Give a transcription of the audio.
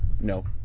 No